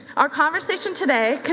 our conversation today